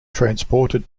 transported